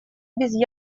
без